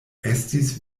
estis